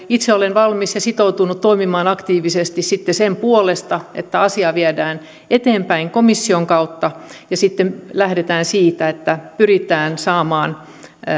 itse olen valmis ja sitoutunut toimimaan aktiivisesti sen puolesta että asiaa viedään eteenpäin komission kautta lähdetään siitä että pyritään saamaan